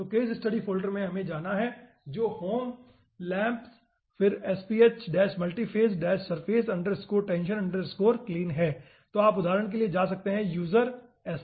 तो case study folder में हमें जाना है जो Home laamps sph multiphase surface tension clean है आप उदाहरण के लिए जा सकते हैं User sph contact angle